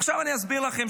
עכשיו אני אסביר לכם.